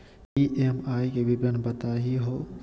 EMI के विवरण बताही हो?